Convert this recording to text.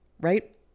right